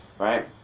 right